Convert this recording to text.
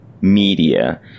media